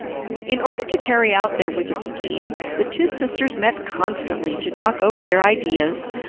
in order to carry out their wicked scheme the two sisters met constantly to talk over their ideas,